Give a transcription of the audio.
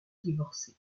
divorcer